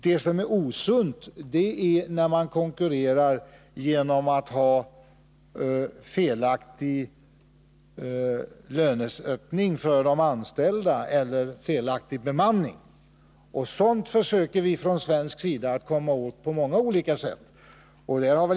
Det som är osunt är när man konkurrerar genom felaktig lönesättning för de anställda eller felaktig bemanning. Sådant försöker vi från svensk sida att komma åt på många olika sätt.